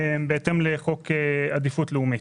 בהתאם לחוק עדיפות לאומית.